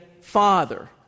Father